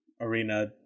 Arena